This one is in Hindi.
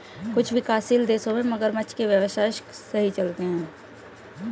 कुछ विकासशील देशों में मगरमच्छ के व्यवसाय सही चलते हैं